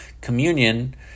Communion